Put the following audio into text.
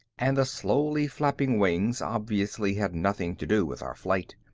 and the slowly flapping wings obviously had nothing to do with our flight.